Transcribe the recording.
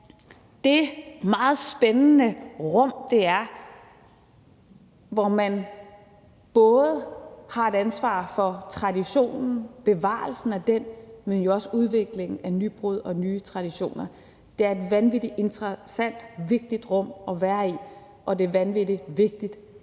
det meget spændende rum, hvor man både har et ansvar for traditionen og bevarelsen af den, men også udviklingen af nybrud og nye traditioner. Det er et vanvittig interessant og vigtigt rum at være i, og det er vanvittig vigtigt,